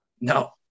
No